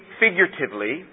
figuratively